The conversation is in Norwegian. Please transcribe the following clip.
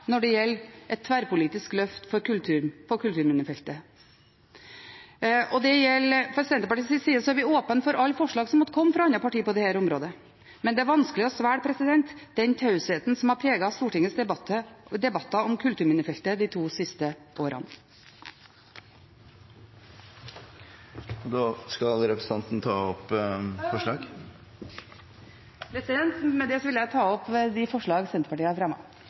vi åpne for alle forslag som måtte komme fra andre partier på dette området, men det er vanskelig å svelge den tausheten som har preget Stortingets debatter om kulturminnefeltet de to siste årene. Skal representanten ta opp forslag? Med dette vil jeg ta opp de forslagene Senterpartiet har